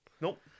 Nope